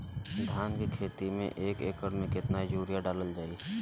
धान के खेती में एक एकड़ में केतना यूरिया डालल जाई?